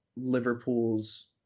Liverpool's